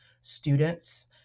students